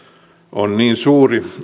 on niin suuri